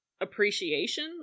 appreciation